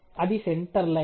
అది centre line